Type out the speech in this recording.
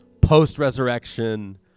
Post-resurrection